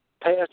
past